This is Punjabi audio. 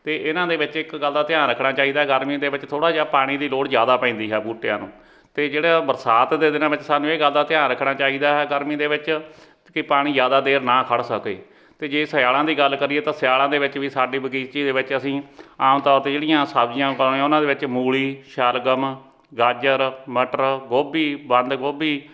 ਅਤੇ ਇਹਨਾਂ ਦੇ ਵਿੱਚ ਇੱਕ ਗੱਲ ਦਾ ਧਿਆਨ ਰੱਖਣਾ ਚਾਹੀਦਾ ਗਰਮੀ ਦੇ ਵਿੱਚ ਥੋੜ੍ਹਾ ਜਿਹਾ ਪਾਣੀ ਦੀ ਲੋੜ ਜ਼ਿਆਦਾ ਪੈਂਦੀ ਹੈ ਬੂਟਿਆਂ ਨੂੰ ਅਤੇ ਜਿਹੜਾ ਬਰਸਾਤ ਦੇ ਦਿਨਾਂ ਵਿੱਚ ਸਾਨੂੰ ਇਹ ਗੱਲ ਦਾ ਧਿਆਨ ਰੱਖਣਾ ਚਾਹੀਦਾ ਹੈ ਗਰਮੀ ਦੇ ਵਿੱਚ ਕਿ ਪਾਣੀ ਜ਼ਿਆਦਾ ਦੇਰ ਨਾ ਖੜ੍ਹ ਸਕੇ ਅਤੇ ਜੇ ਸਿਆਲਾਂ ਦੀ ਗੱਲ ਕਰੀਏ ਤਾਂ ਸਿਆਲਾਂ ਦੇ ਵਿੱਚ ਵੀ ਸਾਡੀ ਬਗੀਚੀ ਦੇ ਵਿੱਚ ਅਸੀਂ ਆਮ ਤੌਰ 'ਤੇ ਜਿਹੜੀਆਂ ਸਬਜ਼ੀਆਂ ਉਗਾਈਆਂ ਉਹਨਾਂ ਦੇ ਵਿੱਚ ਮੂਲੀ ਸ਼ਲਗਮ ਗਾਜਰ ਮਟਰ ਗੋਭੀ ਬੰਦ ਗੋਭੀ